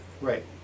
Right